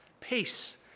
peace